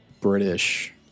British